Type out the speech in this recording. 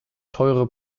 teure